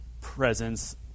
presence